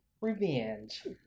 Revenge